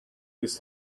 his